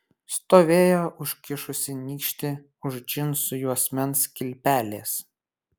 stovėjo užkišusi nykštį už džinsų juosmens kilpelės